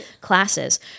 classes